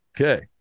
Okay